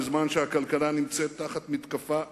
בזמן שהכלכלה נמצאת תחת מתקפה איומה,